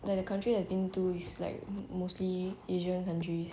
like the countries I've been to is like mostly asian countries